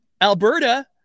Alberta